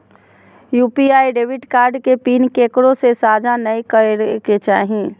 UPI debit card के PIN केकरो से साझा नइ करे के चाही